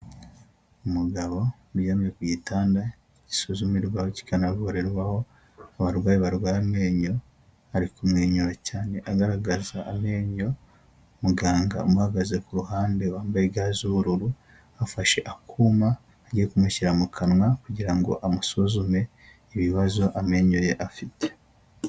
Umugabo uryamye ku gitanda gisuzumirwaho kikanavurirwaho abarwayi barwaye amenyo, ari kumwenyura cyane agaragaza amenyo, muganga umuhagaze ku ruhande wambaye ga z'ubururu afashe akuma, agiye kumushyira mu kanwa, kugira ngo amusuzume ibibazo amenyo ye afite.